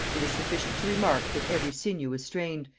it is sufficient to remark, that every sinew was strained,